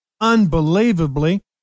unbelievably